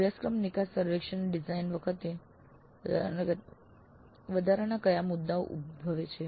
અભ્યાસક્રમ નિકાસ સર્વેક્ષણની ડિઝાઇન કરતી વખતે વધારાના કયા મુદ્દાઓ ઉદ્ભવે છે